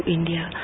India